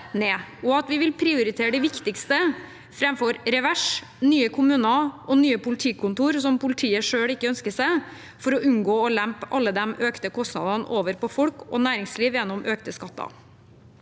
ned. Vi vil prioritere det viktigste framfor reversering og nye kommuner og nye politikontorer som politiet selv ikke ønsker seg, for å unngå å lempe alle de økte kostnadene over på folk og næringsliv gjennom økte skatter.